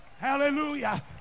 Hallelujah